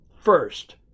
First